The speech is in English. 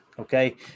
okay